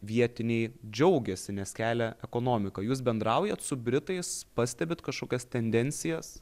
vietiniai džiaugiasi nes kelia ekonomiką jūs bendraujat su britais pastebit kažkokias tendencijas